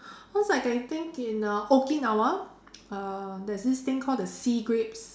cause like I think in the okinawa uh there's this thing called the sea grapes